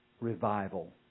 revival